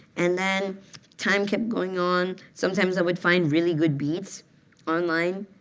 and then time kept going on, sometimes i would find really good beats online,